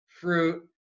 fruit